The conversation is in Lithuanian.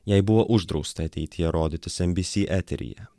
jai buvo uždrausta ateityje rodytis nbc eteryje